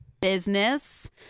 Business